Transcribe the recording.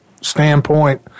standpoint